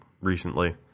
recently